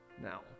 Now